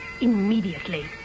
Immediately